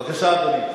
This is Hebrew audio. בבקשה, אדוני.